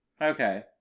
Okay